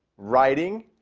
writing,